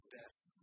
best